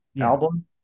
album